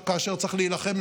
כאשר צריך להילחם,